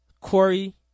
Corey